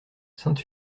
sainte